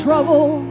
Trouble